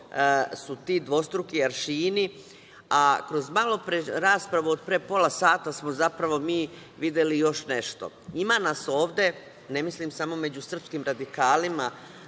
su ti dvostruki aršini, a kroz raspravu pre pola sata smo zapravo videli još nešto. Ima nas ovde, ne mislim samo među srpskim radikalima,